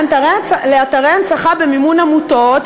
לאתרי הנצחה במימון עמותות,